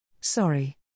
Sorry